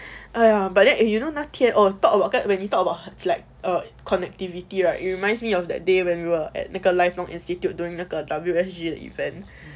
!aiya! but then eh you know 那天 oh talk about when we talk about like uh oh connectivity right it reminds me of that day when you're at 那个 lifelong institute during 那个 W_S_G 的 event